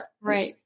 Right